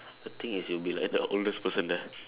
the thing is you'll be the like the oldest person there